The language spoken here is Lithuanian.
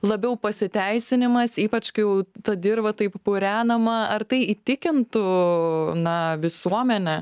labiau pasiteisinimas ypač kai jau ta dirva taip purenama ar tai įtikintų na visuomenę